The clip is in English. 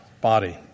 body